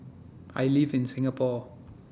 I live in Singapore